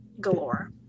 galore